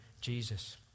Jesus